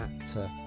actor